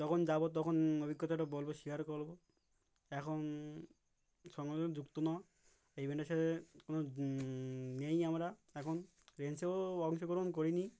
তখন যাব তখন অভিজ্ঞতাটা বলবো শেয়ার করবো এখন সঙ্গে সঙ্গে যুক্ত না এইভেন্টসে কোনো নেই আমরা এখন রেঞ্চেও অংশগ্রহণ করিনি